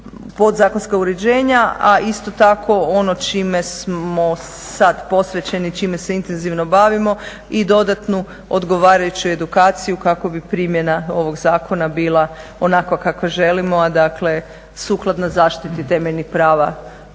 podzakonska uređenja, a isto tako ono čime smo sad posvećeni, čime se intenzivno bavimo i dodatnu odgovarajuću edukaciju kako bi primjena ovog zakona bila onakva kakvu želimo, a dakle sukladna zaštiti temeljnih prava